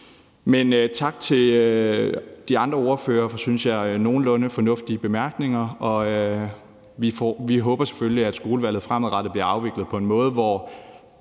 Men tak til de andre ordførere for, synes jeg, nogenlunde fornuftige bemærkninger. Vi håber selvfølgelig, at skolevalget fremadrettet bliver afviklet på en måde, hvor